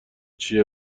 چیه